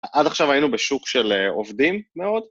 עד עכשיו היינו בשוק של עובדים. מאוד.